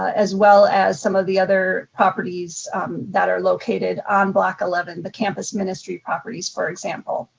as well as some of the other properties that are located on block eleven, the campus ministry properties, for example.